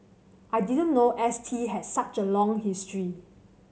I didn't know S T had such a long history